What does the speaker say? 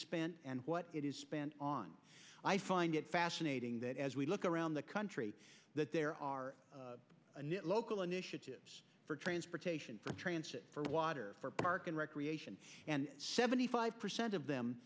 spent and what it is spent on i find it fascinating that as we look around the country that there are local initiatives for transportation for transit for water park and recreation and seventy five percent of them